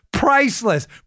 Priceless